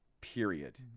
period